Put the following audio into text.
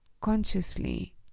consciously